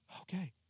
okay